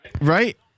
Right